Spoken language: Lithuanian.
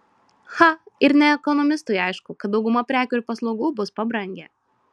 cha ir ne ekonomistui aišku kad dauguma prekių ir paslaugų bus pabrangę